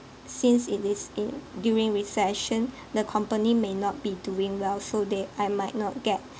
since it is in during recession the company may not be doing well so they I might not get